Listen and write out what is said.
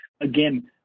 again